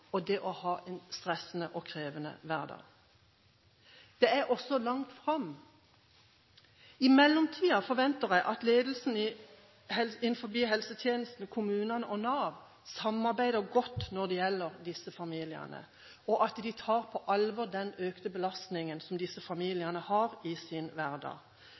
og det å ha en stressende og krevende hverdag. Det er også langt fram. I mellomtida forventer jeg at ledelsen innenfor helsetjenesten, kommunene og Nav samarbeider godt når det gjelder disse familiene, og at de tar på alvor den økte belastningen som disse familiene har i sin hverdag.